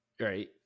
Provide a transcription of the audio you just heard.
right